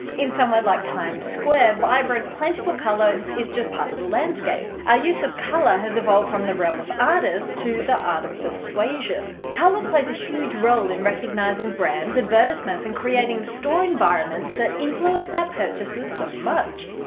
in somewhere like times square, vibrant, plentiful colour is just part of the landscape. our use of colour has evolved from the realm of artists to the art of persuasion. colour plays a huge role in recognising brands, advertisements and creating the store environments that influence our purchases so much.